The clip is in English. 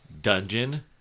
dungeon